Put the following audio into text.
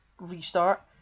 restart